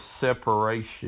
separation